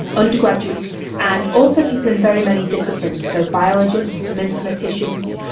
undergraduates and also people in very many disciplines, so biologists, mathematicians,